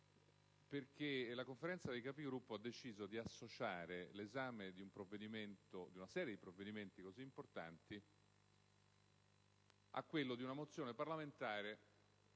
perché la Conferenza dei Capigruppo ha deciso di associare l'esame di una serie di documenti così importanti a quello di una mozione parlamentare,